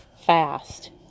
fast